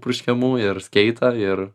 purškiamų ir skaitą ir